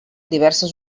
diverses